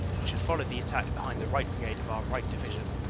which had followed the attack behind the right brigade of our right division,